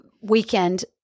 weekend